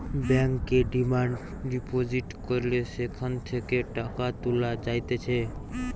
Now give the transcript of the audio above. ব্যাংকে demand deposit করলে সেখান থেকে টাকা তুলা যাইতেছে